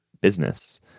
business